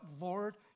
Lord